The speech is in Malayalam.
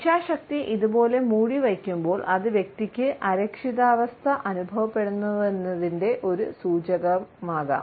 ഇച്ഛാശക്തി ഇതുപോലെ മൂടിവയ്ക്കുമ്പോൾ അത് വ്യക്തിക്ക് അരക്ഷിതാവസ്ഥ അനുഭവപ്പെടുന്നുവെന്നതിന്റെ ഒരു സൂചകമാകാം